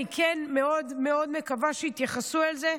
אני כן מאוד מאוד מקווה שיתייחסו לזה.